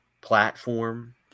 platform